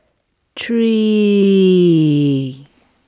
three